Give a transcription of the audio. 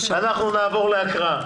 אנחנו נעבור להקראה?